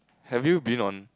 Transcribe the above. have you been on